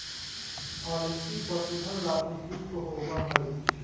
अलसी पशुधन ला उपयुक्त होबा हई